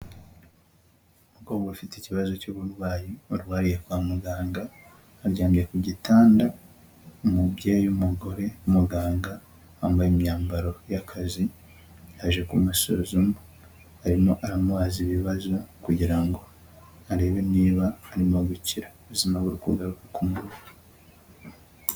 Umukobwa bafite ikibazo cy'uburwayi barwariye kwa muganga, aryamye ku gitanda, umubyeyi w'umugore muganga wambaye imyambaro y'akazi aje kumusuzuma, arimo aramubaza ibibazo kugira ngo arebe niba arimo gukira, ubuzima bwe buri kugaruka ku murongo.